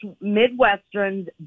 Midwestern's